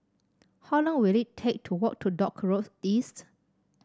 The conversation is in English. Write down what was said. how long will it take to walk to Dock Road East